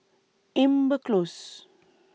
Amber Close